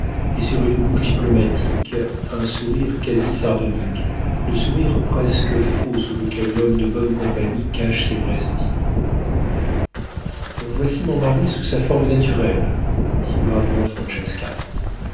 et sur une bouche diplomatique un sourire quasi sardonique le sourire presque faux sous lequel l'homme de bonne compagnie cache ses vrais sentiments voici mon mari sous sa forme naturelle dit gravement